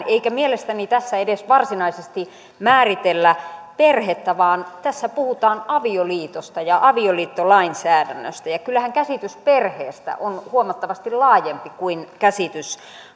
eikä mielestäni tässä edes varsinaisesti määritellä perhettä vaan tässä puhutaan avioliitosta ja avioliittolainsäädännöstä ja ja kyllähän käsitys perheestä on huomattavasti laajempi kuin käsitys